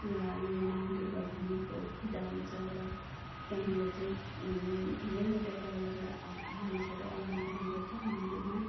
र यो नौ दुर्गा भवानीको पूजा हुन्छ र त्यहाँनिर चाहिँ धेरैवटा बाहिरबाट मानिसहरू आउने जाने गर्छ मन्दिरमा